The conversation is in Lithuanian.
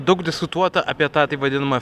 daug diskutuota apie tą taip vadinamą